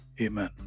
Amen